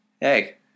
Hey